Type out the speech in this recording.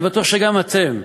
ואני בטוח שגם אתם,